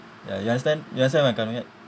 ya you understand you understand what I'm coming right